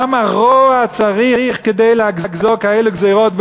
כמה רוע צריך כדי לגזור כאלה גזירות,